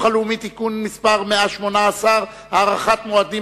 הלאומי (תיקון מס' 118) (הארכת מועדים),